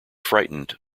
frightened